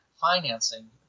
financing